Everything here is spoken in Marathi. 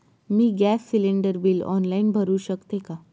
मी गॅस सिलिंडर बिल ऑनलाईन भरु शकते का?